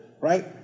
right